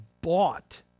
bought